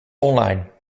online